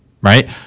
right